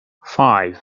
five